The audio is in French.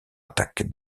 attaque